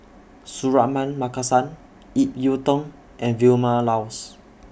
Suratman Markasan Ip Yiu Tung and Vilma Laus